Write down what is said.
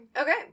Okay